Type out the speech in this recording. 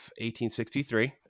1863